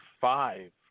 five